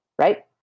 Right